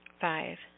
Five